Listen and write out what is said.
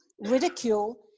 ridicule